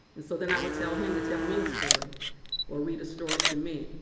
and so then i would tell him to tell me a story or read a story to me.